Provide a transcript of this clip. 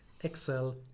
Excel